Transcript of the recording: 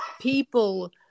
people